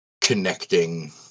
connecting